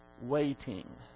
waiting